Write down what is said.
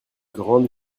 grande